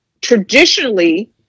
traditionally